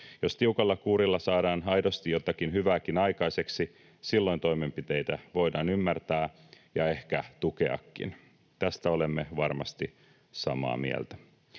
Jos tiukalla kuurilla saadaan aidosti jotakin hyvääkin aikaiseksi, silloin toimenpiteitä voidaan ymmärtää ja ehkä tukeakin. Tästä olemme varmasti samaa mieltä.